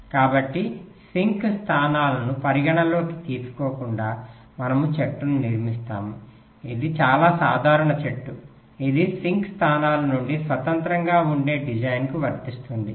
కాబట్టి సింక్ స్థానాలను పరిగణనలోకి తీసుకోకుండా మనము చెట్టును నిర్మిస్తాము ఇది చాలా సాధారణ చెట్టు ఇది సింక్ స్థానాల నుండి స్వతంత్రంగా ఉండే డిజైన్లకు వర్తిస్తుంది